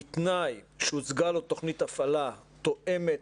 בתנאי שהוצגה לו תוכנית הפעלה תואמת